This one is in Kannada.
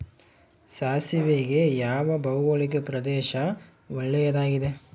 ಸಾಸಿವೆಗೆ ಯಾವ ಭೌಗೋಳಿಕ ಪ್ರದೇಶ ಒಳ್ಳೆಯದಾಗಿದೆ?